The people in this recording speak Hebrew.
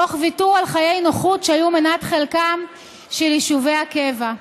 תוך ויתור על חיי נוחות שהיו מנת חלקם של יישובי הקבע.